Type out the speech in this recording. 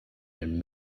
den